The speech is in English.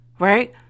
right